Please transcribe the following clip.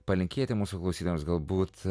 palinkėti mūsų klausytojams galbūt